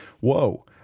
Whoa